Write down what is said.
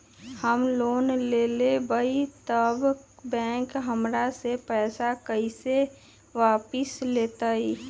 हम लोन लेलेबाई तब बैंक हमरा से पैसा कइसे वापिस लेतई?